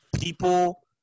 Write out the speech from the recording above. people